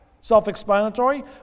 Self-explanatory